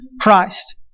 Christ